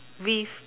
with